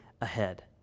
ahead